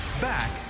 Back